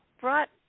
brought